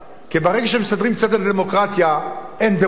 כי ברגע שמסדרים קצת את הדמוקרטיה, אין דמוקרטיה.